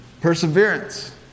Perseverance